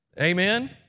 Amen